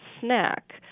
snack